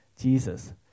Jesus